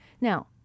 Now